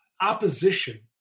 opposition